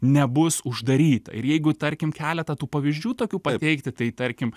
nebus uždaryta ir jeigu tarkim keletą tų pavyzdžių tokių pateikti tai tarkim